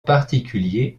particulier